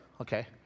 okay